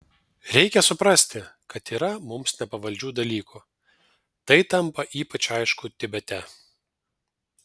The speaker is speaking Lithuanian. reikia suprasti kad yra mums nepavaldžių dalykų tai tampa ypač aišku tibete